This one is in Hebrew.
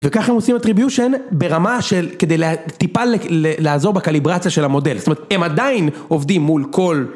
וככה הם עושים אטריביושן ברמה של כדי טיפה לעזור בקליברציה של המודל זאת אומרת הם עדיין עובדים מול כל